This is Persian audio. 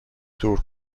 دور